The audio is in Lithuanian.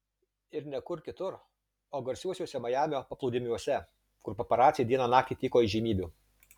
ir ne kur kitur o garsiuosiuose majamio paplūdimiuose kur paparaciai dieną naktį tyko įžymybių